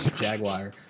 Jaguar